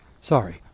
Sorry